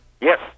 Yes